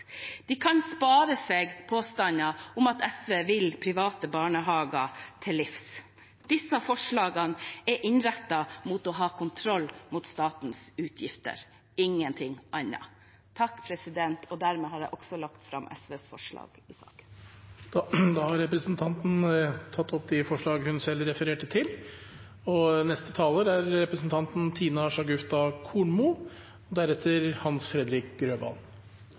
De kan spare seg påstander om at SV vil private barnehager til livs. Disse forslagene er innrettet mot å ha kontroll med statens utgifter – ingenting annet. Dermed har jeg også lagt fram de av SVs forslag som ikke allerede er tatt opp. Representanten Mona Lill Fagerås har tatt opp de forslagene hun refererte til. Som det sosialliberale partiet vi i Venstre er,